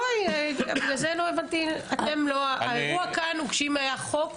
אם היה חוק